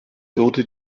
wurde